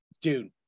Dude